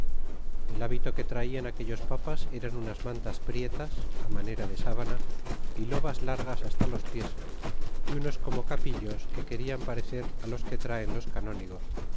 el hábito que tralan aquellos papas eran unas mantas prietas á manera de sabana y lobas largas hasta los pies y unos como capillos que querian parecerá los que traen los canónigos